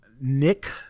Nick